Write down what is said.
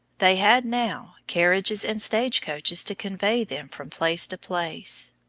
they had now carriages and stage-coaches to convey them from place to place.